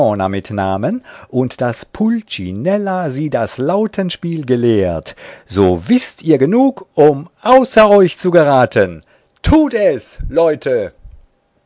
mit namen und daß pulcinella sie das lautenspiel gelehrt so wißt ihr genug um außer euch zu geraten tut es leute